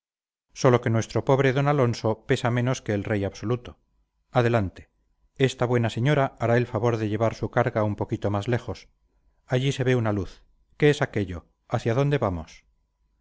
sólo que nuestro pobre d alonso pesa menos que el rey absoluto adelante esta buena señora hará el favor de llevar su carga un poquito mas lejos allí se ve una luz qué es aquello hacia dónde vamos